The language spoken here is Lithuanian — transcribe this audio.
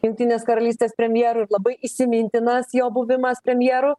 jungtinės karalystės premjeru ir labai įsimintinas jo buvimas premjeru